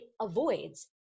avoids